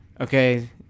okay